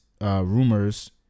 Rumors